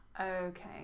okay